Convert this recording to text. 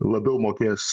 labiau mokės